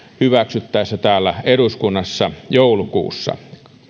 hyväksyttäessä täällä eduskunnassa joulukuussa